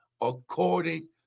according